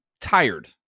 tired